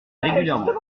régulièrement